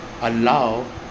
allow